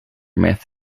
myth